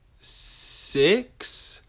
six